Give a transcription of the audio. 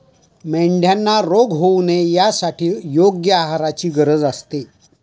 मेंढ्यांना रोग होऊ नये यासाठी योग्य आहाराची गरज असते